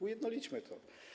Ujednolićmy to.